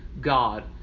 God